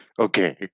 okay